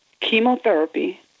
chemotherapy